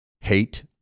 hate